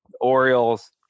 Orioles